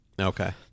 Okay